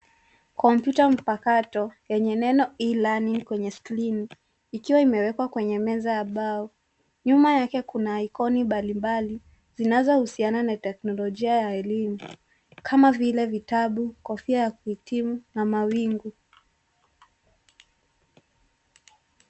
Kompyuta mpakato yenye neno [cs ] e learning[cs ] kwenye skrini ikiwa imewekwa kwenye meza ya mbao. Nyuma yake kuna aikoni mbalimbali zinazo husiana na teknojia ya elimu kama vile vitabu, kofia ya kuhitimu na mawingu.